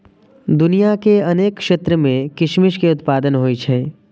दुनिया के अनेक क्षेत्र मे किशमिश के उत्पादन होइ छै